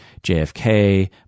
JFK